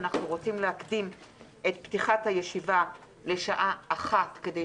אנחנו רוצים להקדים את פתיחת הישיבה לשעה 13:00. כך